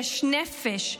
יש נפש,